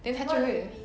then 他就会